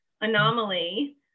Anomaly